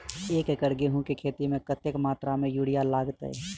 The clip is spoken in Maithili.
एक एकड़ गेंहूँ केँ खेती मे कतेक मात्रा मे यूरिया लागतै?